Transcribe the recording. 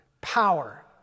power